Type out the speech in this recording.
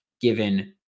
given